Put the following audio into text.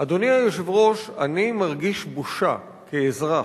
אם אתה מזדהה עם דובר "הג'יהאד האסלאמי",